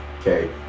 okay